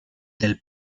del